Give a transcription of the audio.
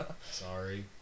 Sorry